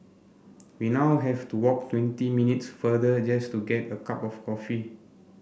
we now have to walk twenty minutes farther just to get a cup of coffee